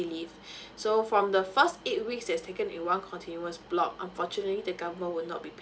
leave so from the first eight weeks is taken in one continuous block unfortunately the government will not be paying